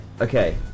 Okay